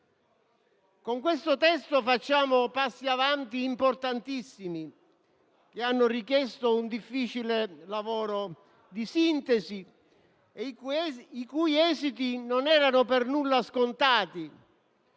Con questo testo facciamo passi avanti importantissimi, che hanno richiesto un difficile lavoro di sintesi e i cui esiti non erano per nulla scontati.